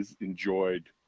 enjoyed